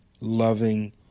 loving